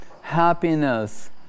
happiness